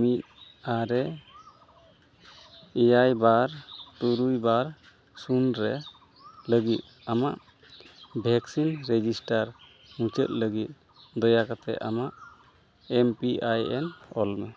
ᱢᱤᱫ ᱟᱨᱮ ᱮᱭᱟᱭ ᱵᱟᱨ ᱛᱩᱨᱩᱭ ᱵᱟᱨ ᱥᱩᱱ ᱨᱮ ᱞᱟᱹᱜᱤᱫ ᱟᱢᱟᱜ ᱵᱷᱮᱠᱥᱤᱱ ᱨᱮᱡᱤᱥᱴᱟᱨ ᱢᱩᱪᱟᱹᱫ ᱞᱟᱹᱜᱤᱫ ᱫᱟᱭᱟ ᱠᱟᱛᱮᱫ ᱟᱢᱟᱜ ᱮᱢ ᱯᱤ ᱟᱭ ᱮᱱ ᱚᱞ ᱢᱮ